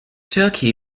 turkey